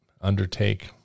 undertake